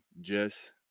Jess